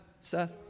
Seth